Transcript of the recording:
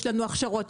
יש לנו הכשרות,